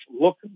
look